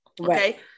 Okay